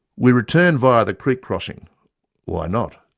we returned via the creek crossing why not,